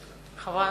ברכה.